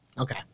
Okay